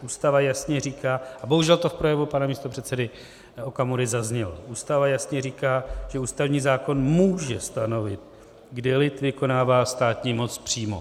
Ústava jasně říká, a bohužel to v projevu pana místopředsedy Okamury zaznělo, Ústava jasně říká, že ústavní zákon může stanovit, kdy lid vykonává státní moc přímo.